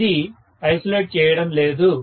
ఇది ఐసొలేట్ చేయడం లేదు